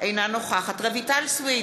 אינה נוכחת רויטל סויד,